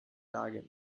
lage